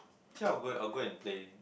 actually I'll go I'll go and play